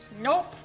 Nope